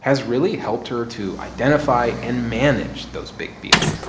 has really helped her to identify and manage those big feelings